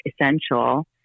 essential